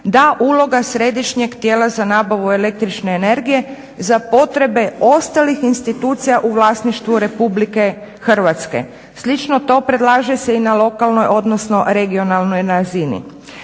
da uloga središnjeg tijela za nabavu električne energije za potrebe ostalih institucija u vlasništvu Republike Hrvatske. Slično to predlaže se i na lokalnoj odnosno regionalnoj razini.